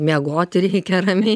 miegot reikia ramiai